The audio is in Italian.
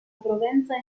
provenza